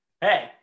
Hey